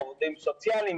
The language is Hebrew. עובדים סוציאליים,